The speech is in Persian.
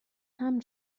حمل